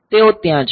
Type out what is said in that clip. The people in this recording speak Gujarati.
તેઓ ત્યાં છે